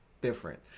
different